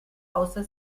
außer